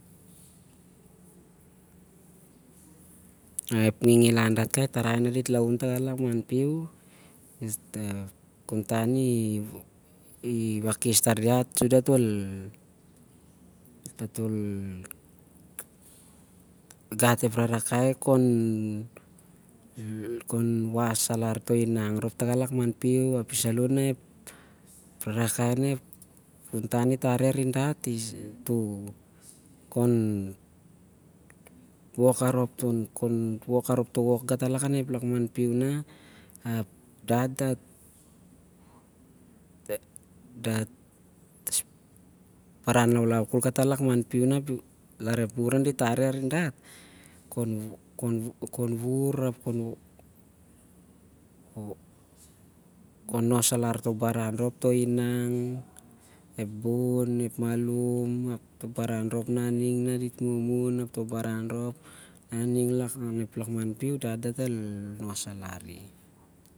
Ep ngingilan dat ep tarai nah dat laun tari lakman piu, ep kamgoi i akes tar dat- sur datol gat ep narakai khon nos alar toh inang rhop tah an lakman piu. Api saloh nah ep rarakai nah ep kuntan i- tari arin dat khon wuvur arop toh wuvur tahonep lakman piu nah ap dat baran laulau khol onep lakman piu larep wuvur nah di- tari arin dat khon nos alr toh baran rhop ep bon, ep inang, toh malum, ap toh baran rhop nah a ning on ep lakman piu, dat el nos alari.